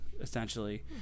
essentially